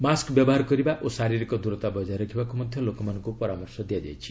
mask ବ୍ୟବହାର କରିବା ଓ ଶାରୀରିକ ଦୂରତା ବଜାୟ ରଖିବାକୁ ମଧ୍ୟ ଲୋକମାନଙ୍କୁ ପରାମର୍ଶ ଦିଆଯାଇଛି